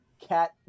cat